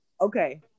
Okay